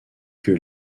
que